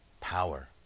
Power